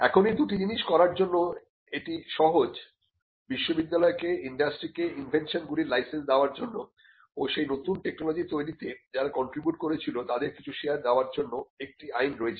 এখন এই দুটি জিনিস করবার জন্য এটি সহজ বিশ্ববিদ্যালয়কে ইন্ডাস্ট্রিকে ইনভেনশন গুলির লাইসেন্স দেবার জন্য ও সেই নতুন টেকনোলজি তৈরিতে যারা কন্ট্রিবিউট করেছিল তাদের কিছু শেয়ার দেবার জন্য একটি আইন রয়েছে